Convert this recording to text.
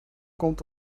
komt